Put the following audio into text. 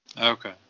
Okay